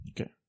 okay